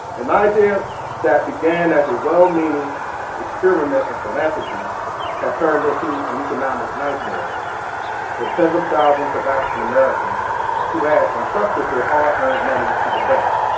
an idea that began as a well-meaning experiment in philanthropy had turned into an economic nightmare for tons of thousands of african-americans who had entrusted their hard-earned money to the bank.